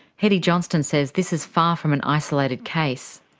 hetty johnston says this is far from an isolated case.